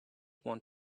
want